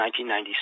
1997